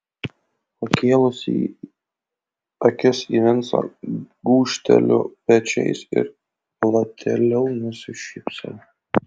pakėlusi akis į vincą gūžteliu pečiais ir platėliau nusišypsau